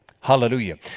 hallelujah